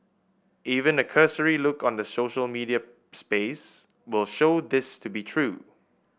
even a cursory look on the social media space will show this to be true